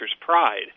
Pride